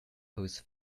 whose